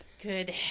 Good